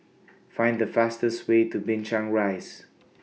Find The fastest Way to Binchang Rise